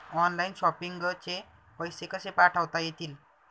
Online shopping चे पैसे कसे पाठवता येतील?